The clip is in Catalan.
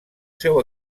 seu